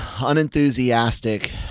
unenthusiastic